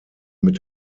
mit